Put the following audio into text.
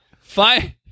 Fine